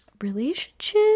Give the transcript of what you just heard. relationship